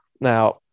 now